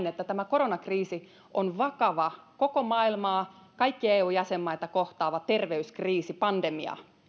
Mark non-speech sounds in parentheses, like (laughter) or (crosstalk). (unintelligible) että tämä koronakriisi on vakava koko maailmaa ja kaikkia eun jäsenmaita kohtaava terveyskriisi pandemia